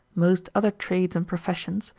most other trades and professions,